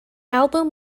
album